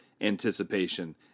anticipation